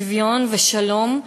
שוויון ושלום,